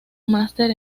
máster